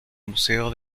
museo